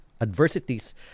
adversities